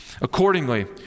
Accordingly